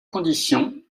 conditions